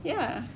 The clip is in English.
ya